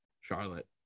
Charlotte